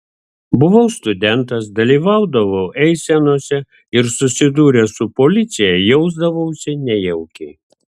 buvau studentas dalyvaudavau eisenose ir susidūręs su policija jausdavausi nejaukiai